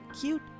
cute